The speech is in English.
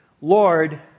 Lord